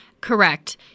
Correct